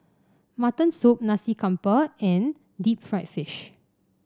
Mutton Soup Nasi Campur and Deep Fried Fish